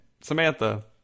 Samantha